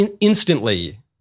instantly